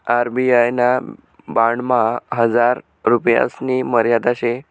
RBI ना बॉन्डमा हजार रुपयासनी मर्यादा शे